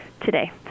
today